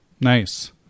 Nice